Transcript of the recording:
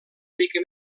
mica